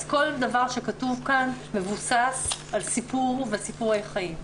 אז כל דבר שכתוב כאן מבוסס על סיפורי חיים.